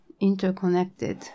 interconnected